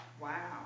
Wow